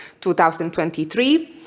2023